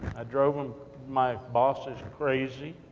drove um my bosses and crazy.